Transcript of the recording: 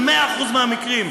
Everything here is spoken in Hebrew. במאה אחוז מהמקרים,